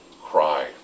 cry